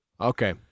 Okay